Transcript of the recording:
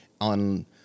on